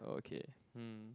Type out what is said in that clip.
oh okay um